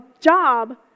job